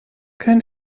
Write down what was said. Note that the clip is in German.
kein